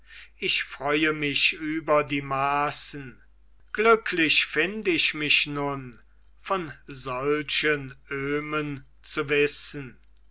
ich freue mich über die maßen glücklich find ich mich nun von solchen öhmen zu wissen